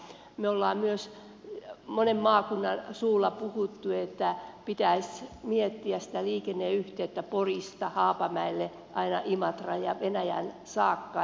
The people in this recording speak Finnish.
on myös monen maakunnan suulla puhuttu että pitäisi miettiä sitä liikenneyhteyttä porista haapamäelle aina imatralle ja venäjälle saakka